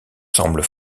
semble